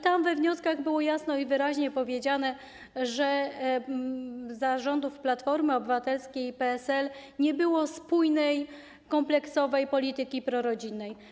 Tam we wnioskach było jasno i wyraźnie powiedziane, że za rządów Platformy Obywatelskiej i PSL nie było spójnej, kompleksowej polityki prorodzinnej.